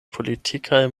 politikaj